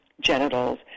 genitals